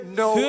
no